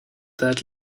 that